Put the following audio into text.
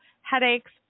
headaches